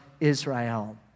Israel